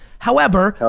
however,